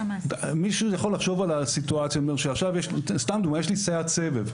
מישהו יכול לחשוב על הסיטואציה שעכשיו סתם דוגמה יש לי סייעת סבב,